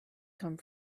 come